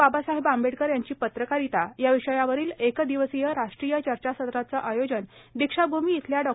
बाबासाहेब आंबेडकर यांची पत्रकारिता या विषयावरील एक दिवसीय राष्ट्रीय चर्चासत्राचे आयोजन दीक्षाभूमी इथल्या डॉ